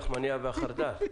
הלחמנייה והחרדל.